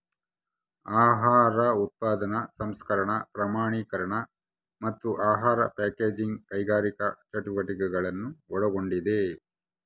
ಆಹಾರ ಉತ್ಪಾದನೆ ಸಂಸ್ಕರಣೆ ಪ್ರಮಾಣೀಕರಣ ಮತ್ತು ಆಹಾರ ಪ್ಯಾಕೇಜಿಂಗ್ ಕೈಗಾರಿಕಾ ಚಟುವಟಿಕೆಗಳನ್ನು ಒಳಗೊಂಡಿದೆ